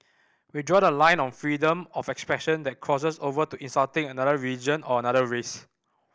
we draw the line on freedom of expression that crosses over to insulting another religion or another race